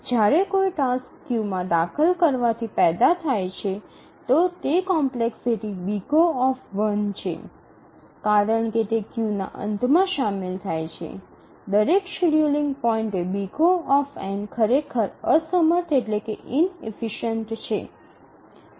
જ્યારે કોઈ ટાસ્ક ક્યૂમાં દાખલ કરવાથી પેદા થાય છે તો કોમ્પલેકસીટી O છે કારણ કે તે ક્યૂના અંતમાં શામેલ થાય છે દરેક શેડ્યૂલિંગ પોઇન્ટએ O ખરેખર અસમર્થ છે